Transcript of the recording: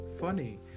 funny